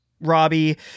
Robbie